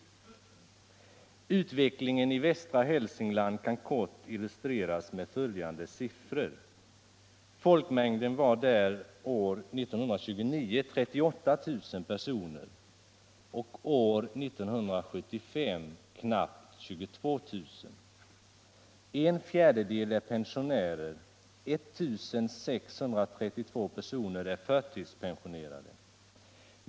Utvecklingen i västra Hälsingland kan kort illustreras med följande siffror: 1929 var folkmängden där 38 000 personer. År 1975 var den knappt 22 000. En fjärdedel är pensionärer. 1 632 personer är förtidspensionerade.